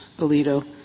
Alito